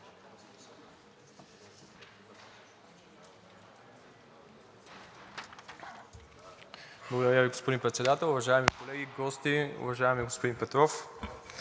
Благодаря Ви, господин Председател. Уважаеми колеги, гости! Уважаеми господин Петров,